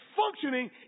functioning